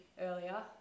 earlier